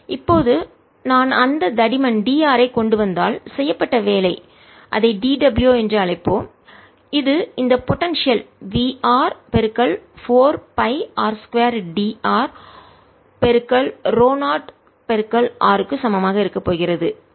இப்போது நான் அந்த தடிமன் d r ஐ கொண்டு வந்தால் செய்யப்பட்ட வேலை அதை d w என்று அழைப்போம் இது இந்த potential v 4 pi r 2 d r ρ0r சமமாக இருக்கப்போகிறது